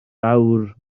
fawr